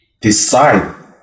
decide